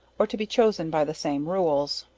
or to be chosen by the same rules.